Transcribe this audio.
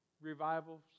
revivals